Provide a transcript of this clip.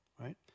right